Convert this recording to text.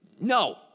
No